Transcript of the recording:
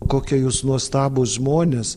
kokie jūs nuostabūs žmonės